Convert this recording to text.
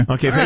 Okay